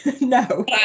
no